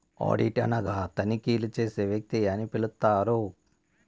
audit అనగా తనిఖీలు చేసే వ్యక్తి అని పిలుత్తారు